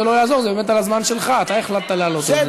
מה לעשות שלא אתה מחייב אותי.